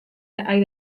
hay